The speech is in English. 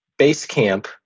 Basecamp